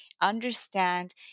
understand